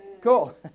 cool